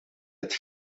het